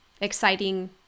exciting